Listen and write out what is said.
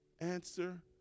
Answer